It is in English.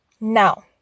now